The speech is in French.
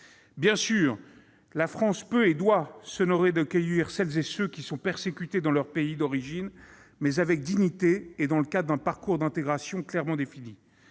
Bien sûr, la France peut et doit s'honorer d'accueillir celles et ceux qui sont persécutés dans leur pays d'origine, mais avec dignité et dans le cadre d'un parcours d'intégration clairement défini.